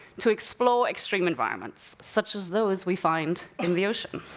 to explore extreme environments, such as those we find in the ocean.